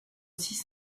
six